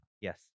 Yes